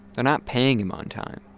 not paying him on time.